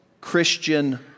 Christian